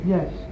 Yes